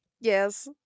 Yes